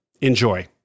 Enjoy